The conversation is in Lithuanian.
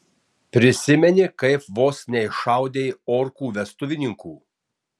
prisimeni kaip vos neiššaudei orkų vestuvininkų